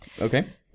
Okay